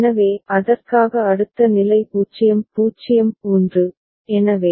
எனவே அதற்காக அடுத்த நிலை 0 0 1